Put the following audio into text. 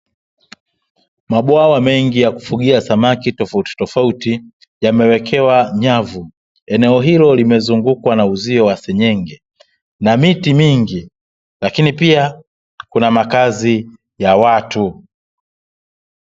Mabwawa mengi ya kufugia samaki tofauti tofauti yamewekewa nyavu. Eneo hilo limezungukwa na uzio wa senyenge na miti mingi, lakini pia kuna makazi ya watu.